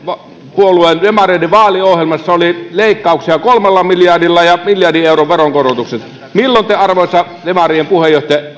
puolueen demareiden vaaliohjelmassa oli leikkauksia kolmella miljardilla ja miljardin euron veronkorotukset milloin te arvoisa demarien puheenjohtaja